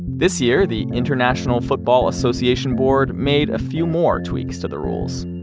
this year, the international football association board made a few more tweaks to the rules.